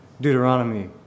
Deuteronomy